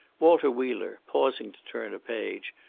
walter wheeler, pausing to turn a page,